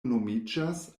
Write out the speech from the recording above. nomiĝas